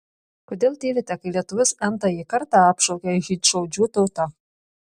kodėl tylite kai lietuvius n tąjį kartą apšaukia žydšaudžių tauta